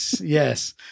yes